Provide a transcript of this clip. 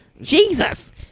Jesus